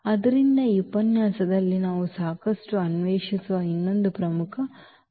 ಆದ್ದರಿಂದ ಈ ಉಪನ್ಯಾಸದಲ್ಲಿ ನಾವು ಮತ್ತಷ್ಟು ಅನ್ವೇಷಿಸುವ ಇನ್ನೊಂದು ಪ್ರಮುಖ ಅಂಶವಾಗಿದೆ